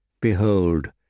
Behold